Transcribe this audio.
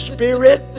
Spirit